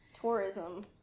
tourism